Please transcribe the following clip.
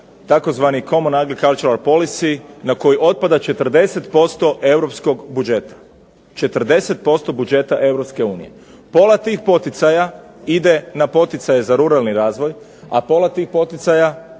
tzv. Common agricultury policy na koji otpada 40% europskog budžeta. 40% budžeta EU. Pola tih poticaja ide na poticaje za ruralni razvoj, a pola tih poticaja